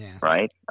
right